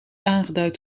aangeduid